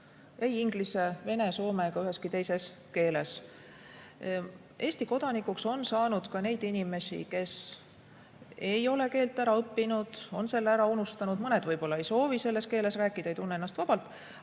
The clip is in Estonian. ei inglise, vene, soome ega üheski teises keeles. Eesti kodanikuks on saanud ka neid inimesi, kes ei ole keelt ära õppinud, on selle ära unustanud, mõned võib-olla ei soovi selles keeles rääkida, ei tunne ennast vabalt.